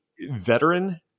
veteran